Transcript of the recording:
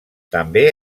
també